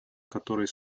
которой